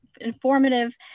informative